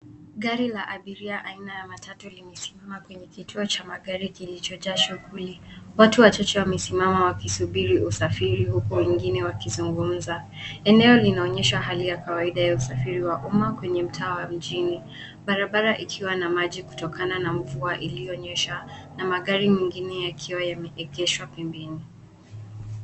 Gari la abiria aina ya matatu limesimama kwenye kituo cha magari kilichojaa shughuli ,watu wachache wamesimama wakisubiri usafiri uku wengine wakisungumsa eneo linaonyesha hali ya kawaida ya usafiri wa uma kwenye mtaa wa mjini barabara ikiwa na maji kutokana na mvua iliyonyeshana na magari mengine yakiwa yameekeshwa pembeni.